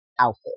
outfit